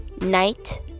night